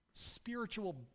spiritual